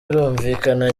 birumvikana